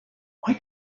why